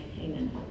Amen